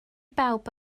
bawb